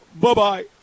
Bye-bye